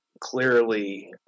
clearly